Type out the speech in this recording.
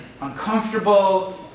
uncomfortable